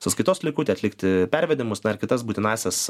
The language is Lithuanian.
sąskaitos likutį atlikti pervedimus na ir kitas būtinąsias